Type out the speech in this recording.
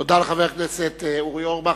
תודה לחבר הכנסת אורי אורבך.